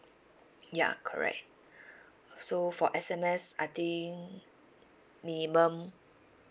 ya correct so for S_M_S I think minimum